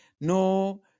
no